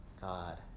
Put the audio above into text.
God